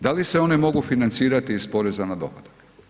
Da li se one mogu financirati iz porez na dohodak?